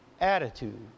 attitude